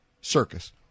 circus